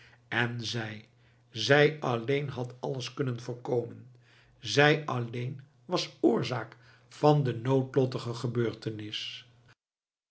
en zij zij alleen had alles kunnen voorkomen zij alleen was oorzaak van de noodlottige gebeurtenis